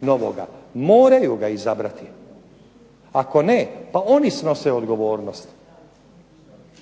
novoga. Moraju ga izabrati, ako ne pa oni snose odgovornost.